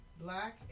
Black